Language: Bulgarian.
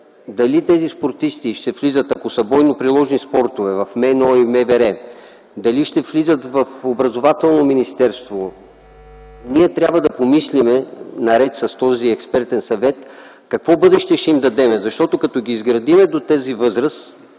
дали тези спортисти ще влизат, ако са бойно приложни спортове, в Министерството на отбраната и в МВР, дали ще влизат в Образователното министерство, ние трябва да помислим наред с този Експертен съвет какво бъдеще ще им дадем. Защото като ги изградим до тази възраст